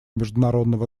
международного